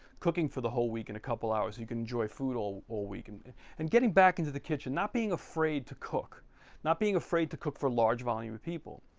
cooking for the whole week in a couple hours. you can enjoy food all all week. and and getting back into the kitchen. not being afraid to cook not being afraid to cook for a large volume of people.